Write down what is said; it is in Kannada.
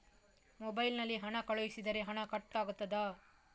ಮೊಬೈಲ್ ನಲ್ಲಿ ಹಣ ಕಳುಹಿಸಿದರೆ ಹಣ ಕಟ್ ಆಗುತ್ತದಾ?